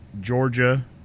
Georgia